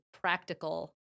practical